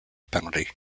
penalty